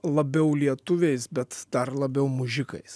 labiau lietuviais bet dar labiau mužikais